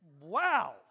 Wow